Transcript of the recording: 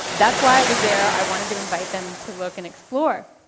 that's why i was there, i wanted to invite them to look and explore.